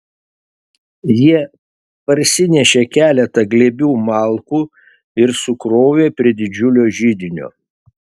jie parsinešė keletą glėbių malkų ir sukrovė prie didžiulio židinio